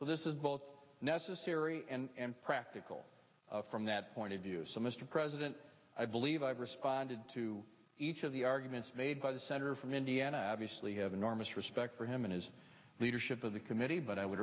so this is both necessary and practical from that point of view so mr president i believe i've responded to each of the arguments made by the senator from indiana viciously have enormous respect for him and his leadership of the committee but i would